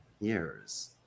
years